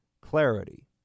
clarity